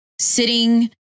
sitting